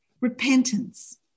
repentance